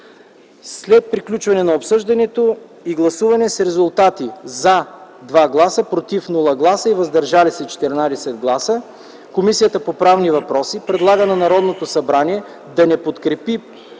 След приключване на обсъждането и гласуване с резултати: „за” – 2 гласа, без „против” и „въздържали се” – 14 гласа, Комисията по правни въпроси предлага на Народното събрание да не подкрепи